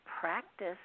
practice